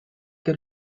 que